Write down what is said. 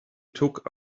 took